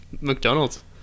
McDonald's